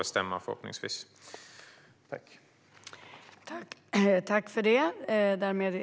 Det ska förhoppningsvis inte Stefan Jakobsson få bestämma.